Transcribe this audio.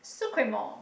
Sucremor